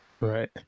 right